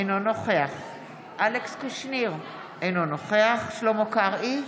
אינו נוכח אלכס קושניר, אינו נוכח שלמה קרעי,